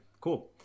Cool